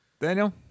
Daniel